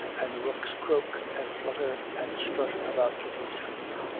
and the rooks croak and flutter, and strut about kitty's feet.